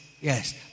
Yes